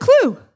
clue